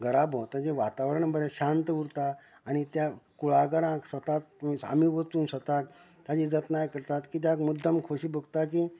घरा भोंवतणचे वातावरण बरें शांत उरता आनी त्या कुळागरांत स्वता आमीच वचून स्वता ताची जतनाय करतात कित्याक मुद्दाम खोशी भोगता की